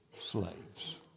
slaves